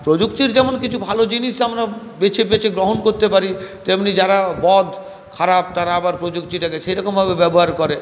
প্রযুক্তির যেমন কিছু ভালো জিনিস আমরা বেছে বেছে গ্রহণ করতে পারি তেমনি যারা বদ খারাপ তারা আবার প্রযুক্তিটাকে সেরকমভাবে ব্যবহার করে